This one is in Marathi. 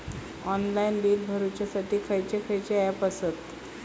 ऑनलाइन बिल भरुच्यासाठी खयचे खयचे ऍप आसत?